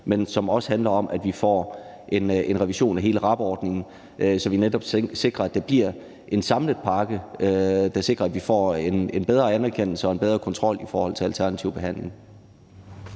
men som også handler om, at vi får en revision af hele RAB-ordningen, så vi netop sikrer, at det bliver en samlet pakke, der sikrer, at vi får en bedre anerkendelse og en bedre kontrol i forhold til alternativ behandling.